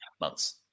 months